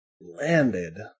landed